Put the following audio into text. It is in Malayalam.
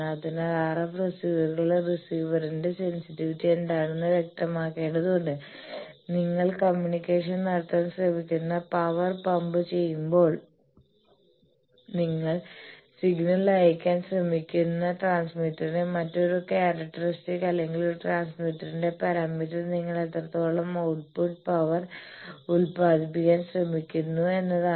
അതിനാൽ RF റിസീവറുകൾ റിസീവറിന്റെ സെൻസിറ്റീവിറ്റി എന്താണെന്ന് വ്യക്തമാക്കേണ്ടതുണ്ട് നിങ്ങൾ കമ്മ്യൂണിക്കേഷൻ നടത്താൻ ശ്രമിക്കുന്ന പവർ പമ്പ് ചെയ്യുമ്പോൾ നിങ്ങൾ സിഗ്നൽ അയയ്ക്കാൻ ശ്രമിക്കുന്നു ട്രാൻസ്മിറ്ററിന്റെ മറ്റൊരു ക്യാരക്ടർസ്റ്റിക്സ് അല്ലെങ്കിൽ ഒരു ട്രാൻസ്മിറ്ററിന്റെ പാരാമീറ്റർ നിങ്ങൾ എത്രത്തോളം ഔട്ട്പുട്ട് പവർ ഉത്പാദിപ്പിക്കാൻ ശ്രമിക്കുന്നു എന്നതാണ്